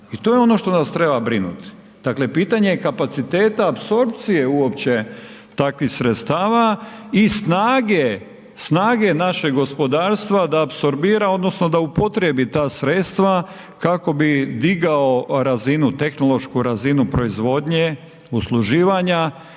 i to je ono što nas treba brinuti. Dakle pitanje je kapaciteta apsorpcije uopće takvih sredstava i snage našeg gospodarstva da apsorbira odnosno da upotrijebi ta sredstva kako bi digao razinu, tehnološku razinu proizvodnje usluživanja